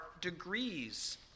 degrees